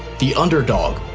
the underdog.